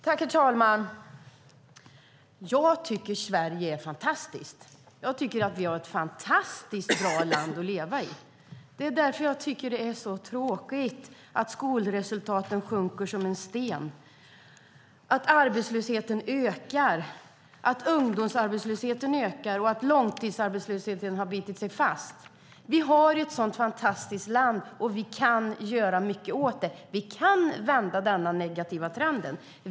Herr talman! Jag tycker att Sverige är fantastiskt. Jag tycker att det är ett fantastiskt bra land att leva i. Det är därför jag tycker att det är så tråkigt att skolresultaten sjunker som en sten, att arbetslösheten ökar, att ungdomsarbetslösheten ökar och att långtidsarbetslösheten har bitit sig fast. Vi har ett fantastiskt land. Och vi kan göra mycket åt det här. Vi kan vända denna negativa trend.